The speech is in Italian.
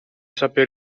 saper